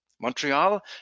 Montreal